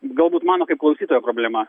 galbūt mano kaip klausytojo problema